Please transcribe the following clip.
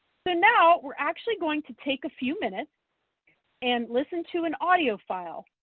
so now, we're actually going to take a few minutes and listen to an audio file.